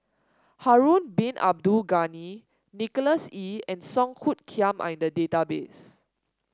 Harun Bin Abdul Ghani Nicholas Ee and Song Hoot Kiam are in the database